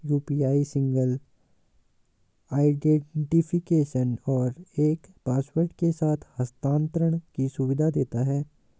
UPI single identification और एक password के साथ हस्थानांतरण की सुविधा देता है